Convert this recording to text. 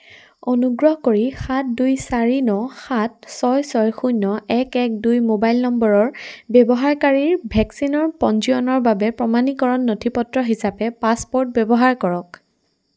অনুগ্ৰহ কৰি সাত দুই চাৰি ন সাত ছয় ছয় শূন্য এক এক দুই মোবাইল নম্বৰৰ ব্যৱহাৰকাৰীৰ ভেকচিনৰ পঞ্জীয়নৰ বাবে প্ৰমাণীকৰণ নথিপত্ৰ হিচাপে পাছপ'ৰ্ট ব্যৱহাৰ কৰক